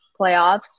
playoffs